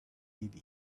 baby